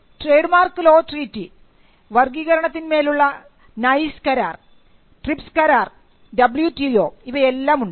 trade mark law treaty വർഗ്ഗീകരണത്തിന്മേലുള്ള Nice കരാർ TRIPS കരാർ ഡബ്ല്യുടിഒ ഇവയെല്ലാം ഉണ്ട്